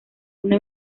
una